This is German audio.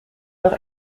doch